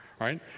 right